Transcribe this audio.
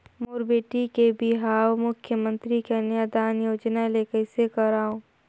मोर बेटी के बिहाव मुख्यमंतरी कन्यादान योजना ले कइसे करव?